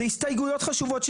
זה הסתייגויות חשובות,